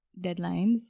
deadlines